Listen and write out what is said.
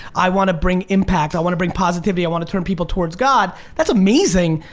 i want to bring impact, i want to bring positivity, i want to turn people towards god. that's amazing.